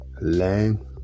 learn